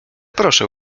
proszę